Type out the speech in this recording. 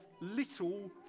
little